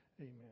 Amen